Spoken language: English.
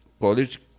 college